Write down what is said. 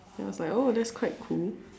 ya I was like oh that's quite cool